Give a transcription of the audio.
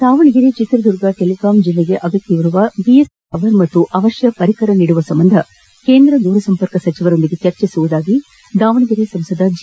Davanagere Chitradurga telecom ಜಿಲ್ಲೆಗೆ ಅಗತ್ಯವಿರುವ BSNL mobile tower ಮತ್ತು ಅವಶ್ಯ ಪರಿಕರಗಳನ್ನು ನೀಡುವ ಸಂಬಂಧ ಕೇಂದ್ರ ದೂರ ಸಂಪರ್ಕ ಸಚಿವರೊಂದಿಗೆ ಚರ್ಚಿಸುವುದಾಗಿ ಎಂದು ದಾವಣಗೆರೆ ಸಂಸದ ಜಿ